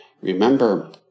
Remember